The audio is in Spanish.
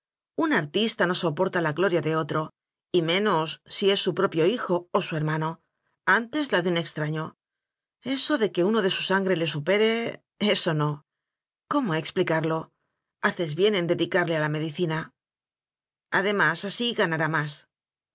un artista no soporta la gloria de otro y menos si es su propio hijo o su hermano antes la de un extraño eso de que uno de su sangre le supere eso no cómo explicarlo haces bien en dedicarle a la medicina además así ganará más